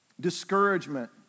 discouragement